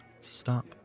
stop